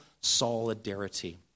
solidarity